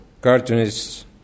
cartoonists